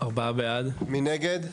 מי נגד?